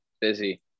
busy